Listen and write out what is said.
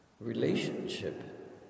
relationship